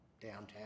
downtown